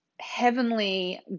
heavenly